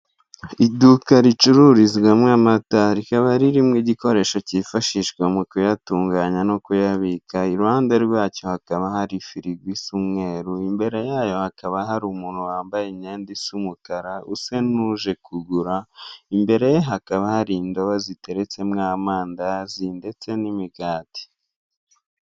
Iduka ricururizwamo amata, rikaba ririmo igikoresho cyifashishwa mu kuyatunganya no kuyabika, i ruhande rwacyo hakaba hari firigo isa umweru, imbere yayo hakaba hari umuntu wambaye imyenda isa umukara usa n'uje kugura, imbere hakaba hari indobo ziteretse mo amadazi ndetse n'imigati.